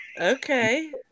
Okay